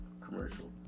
Commercial